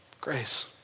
Grace